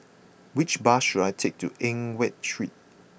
which bus should I take to Eng Watt Street